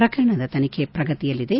ಪ್ರಕರಣದ ತನಿಖೆ ಪ್ರಗತಿಯಲ್ಲಿದೆ